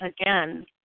again